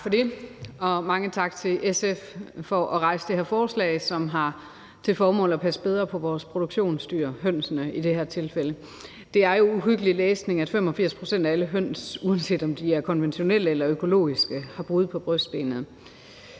Tak for det. Og mange tak til SF for at fremsætte det her forslag, som har til formål at passe bedre på vores produktionsdyr – i det her tilfælde hønsene. Det er jo uhyggelig læsning, at 85 pct. af alle høns, uanset om de er konventionelt eller økologisk avlet, har brud på brystbenet.